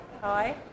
Hi